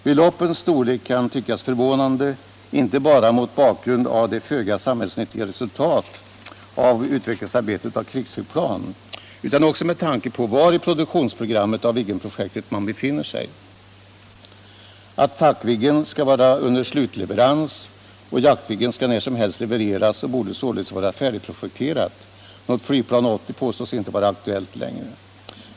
Beloppens storlek kan tyckas förvånande — inte bara mot bakgrund av det föga samhällsnyttiga resultatet av arbetet med utveckling av krigsflygplan utan också med tanke på vari Viggenprojektets produktionsprogram man befinner sig. Attack-Viggen skall vara under slutleverans och jakt-Viggen skall när som helst levereras och borde således vara färdigprojekterad. Något Flygplan 80 påstås inte vara aktuellt längre.